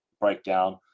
breakdown